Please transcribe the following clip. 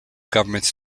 governments